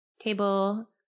table